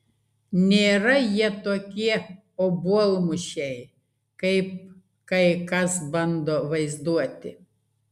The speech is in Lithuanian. nėra jie tokie obuolmušiai kaip kai kas bando vaizduoti